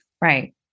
Right